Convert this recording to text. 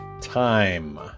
time